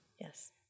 Yes